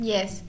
Yes